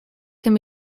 can